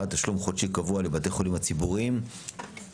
2021 (תשלום חודשי קבוע לבתי חולים ציבוריים כלליים).